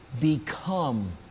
become